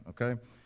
okay